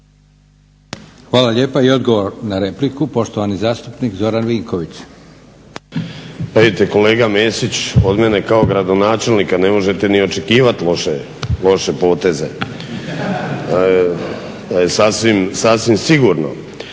Hvala lijepa. I odgovor na repliku, poštovani zastupnik Zoran Vinković.